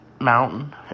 mountain